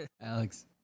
Alex